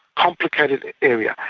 complicated area,